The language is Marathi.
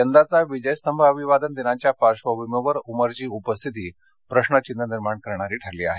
यंदाचा विजयस्तंभ अभिवादन दिन जवळ आला असताना उमरची उपस्थिती प्रश्नचिन्ह निर्माण करणारी ठरली आहे